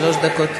שלוש דקות.